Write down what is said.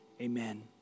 amen